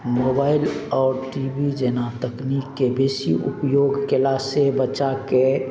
mobile आओर T V जेना तकनीकके बेसी उपयोग कयलासँ बच्चाके